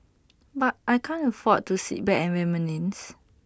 but I can't afford to sit back and reminisce